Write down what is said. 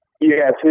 Yes